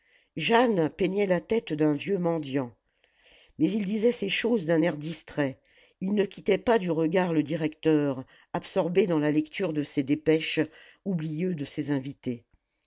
jeanne peignait la tête d'un vieux mendiant mais il disait ces choses d'un air distrait il ne quittait pas du regard le directeur absorbé dans la lecture de ses dépêches oublieux de ses invités